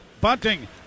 Bunting